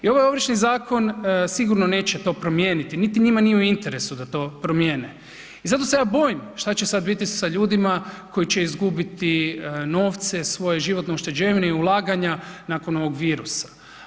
I ovaj Ovršni zakon sigurno neće to promijeniti niti njima nije u interesu da to promijene i zato se ja bojim šta će sada biti sa ljudima koji će izgubiti novce, svoje životne ušteđevine i ulaganja nakon ovog virusa.